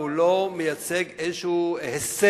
והוא לא מייצג איזשהו הישג